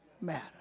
matter